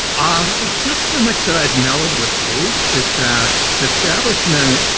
um it's not so much that i've mellowed with age. it's that establishment